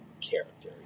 character